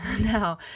Now